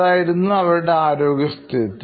ഇതായിരുന്നു അവരുടെ ആരോഗ്യസ്ഥിതി